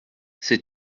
sais